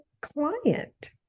client